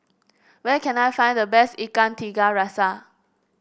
where can I find the best Ikan Tiga Rasa